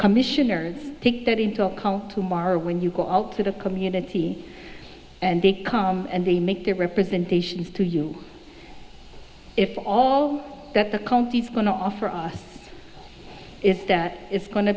commissioners take that into account tomorrow when you go out to the community and they come and they make their representation to you if all that the county's going to offer us is that it's go